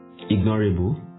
Ignorable